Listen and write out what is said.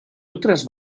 otras